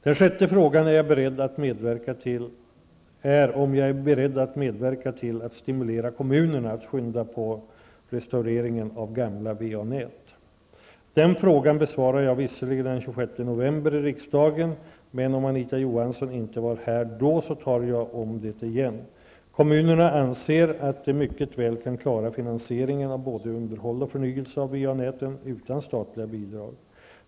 Den sjätte frågan är om jag är beredd att medverka till att stimulera kommunerna att skynda på restaureringen av gamla VA-nät. Den frågan besvarade jag visserligen den 26 november i riksdagen, men om Anita Johansson inte var här då tar jag om det igen. Kommunerna anser att de mycket väl kan klara finansieringen av både underhåll och förnyelse av VA-näten utan statliga bidrag.